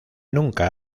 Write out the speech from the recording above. nunca